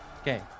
Okay